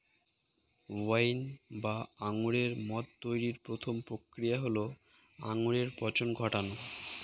wine বা আঙুরের মদ তৈরির প্রথম প্রক্রিয়া হল আঙুরে পচন ঘটানো